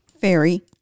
Fairy